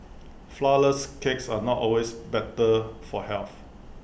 Flourless Cakes are not always better for health